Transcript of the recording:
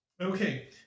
okay